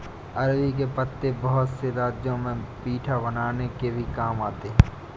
अरबी के पत्ते बहुत से राज्यों में पीठा बनाने में भी काम आते हैं